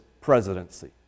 presidency